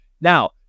Now